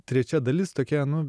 trečia dalis tokia nu